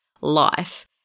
life